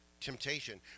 Temptation